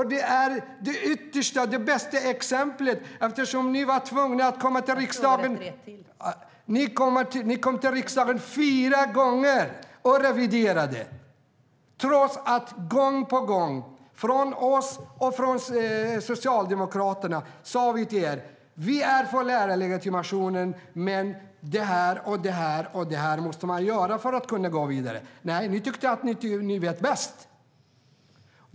Men det är ju det yttersta och bästa exemplet, eftersom ni var tvungna att komma till riksdagen fyra gånger och revidera den, trots att vi och Socialdemokraterna gång på gång sa till er: Vi är för lärarlegitimationen, men det här och det här måste man göra för att kunna gå vidare. Men nej, ni tyckte att ni visste bäst.